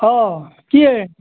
অঁ কি এ